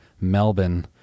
Melbourne